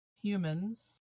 humans